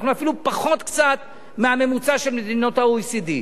אנחנו אפילו קצת פחות מהממוצע של מדינות ה-OECD.